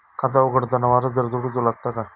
खाता उघडताना वारसदार जोडूचो लागता काय?